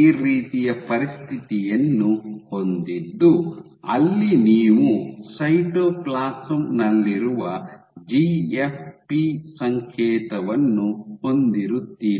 ಈ ರೀತಿಯ ಪರಿಸ್ಥಿತಿಯನ್ನು ಹೊಂದಿದ್ದು ಅಲ್ಲಿ ನೀವು ಸೈಟೋಪ್ಲಾಸಂ ನಲ್ಲಿರುವ ಜಿಎಫ್ಪಿ ಸಂಕೇತವನ್ನು ಹೊಂದಿರುತ್ತೀರಿ